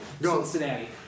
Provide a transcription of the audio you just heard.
Cincinnati